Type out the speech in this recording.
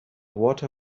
water